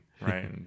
right